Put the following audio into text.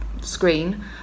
screen